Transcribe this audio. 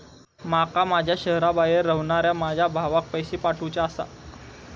माका माझ्या शहराबाहेर रव्हनाऱ्या माझ्या भावाक पैसे पाठवुचे आसा